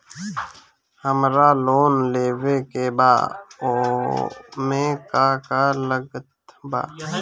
हमरा लोन लेवे के बा ओमे का का लागत बा?